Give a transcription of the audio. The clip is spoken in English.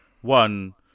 one